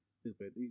stupid